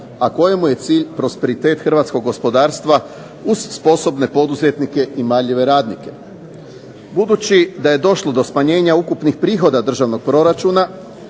a kojemu je cilj prosperitet hrvatskog gospodarstva uz sposobne poduzetnike i marljive radnike. Budući da je došlo do smanjenja ukupnih prihoda državnog proračuna